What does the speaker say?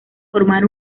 formar